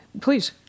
Please